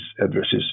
addresses